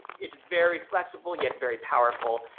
it's very flexible yet very powerful.